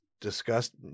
discussed